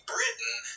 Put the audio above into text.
Britain